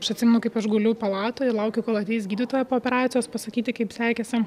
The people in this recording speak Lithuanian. aš atsimenu kaip aš guliu palatoj ir laukiu kol ateis gydytoja po operacijos pasakyti kaip sekėsi